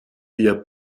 wir